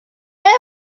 même